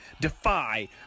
defy